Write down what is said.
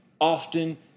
often